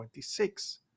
26